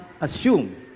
assume